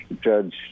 Judge